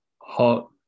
hot